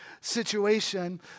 situation